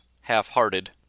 half-hearted